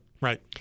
Right